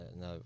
no